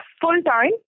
full-time